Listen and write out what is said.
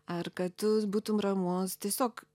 ar kad tu būtum ramus tiesiog